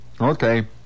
Okay